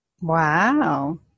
Wow